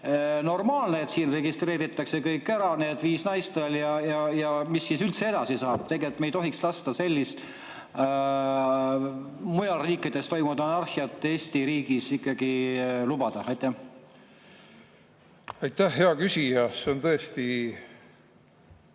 normaalne, et siin registreeritakse kõik ära, kõik ta viis naist? Ja mis siis üldse edasi saab? Tegelikult me ei tohiks sellist mujal riikides toimuvat anarhiat Eesti riigis ikkagi lubada. Aitäh, hea küsija! See on tõesti